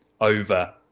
over